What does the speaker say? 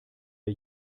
der